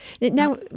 Now